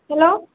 hello